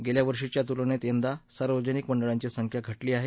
गेल्या वर्षीच्या तुलनेत यंदा सार्वजनिक मंडळांची संख्या घटली आहे